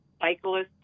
cyclists